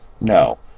No